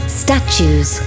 statues